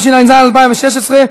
התשע"ז 2016,